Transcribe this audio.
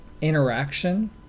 interaction